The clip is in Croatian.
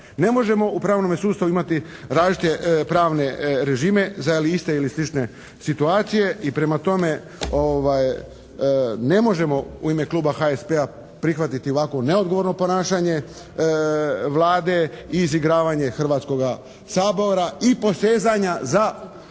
Ne možemo u pravnome sustavu imati različite pravne režime za iste ili slične situacije i prema tome ne možemo u ime Kluba HSP-a prihvatiti ovakvo neodgovorno ponašanje Vlade i izigravanje Hrvatskoga sabora i posezanja za